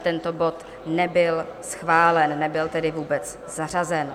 Tento bod nebyl schválen, nebyl tedy vůbec zařazen.